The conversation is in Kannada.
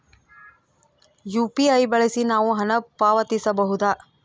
ಯು.ಪಿ.ಐ ಬಳಸಿ ನಾವು ಹಣ ಪಾವತಿಸಬಹುದಾ?